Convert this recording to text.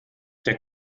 der